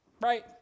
right